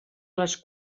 les